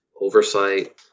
oversight